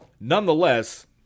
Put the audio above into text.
nonetheless